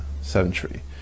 century